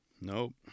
Nope